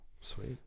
sweet